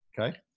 Okay